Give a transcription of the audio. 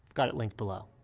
got it linked below.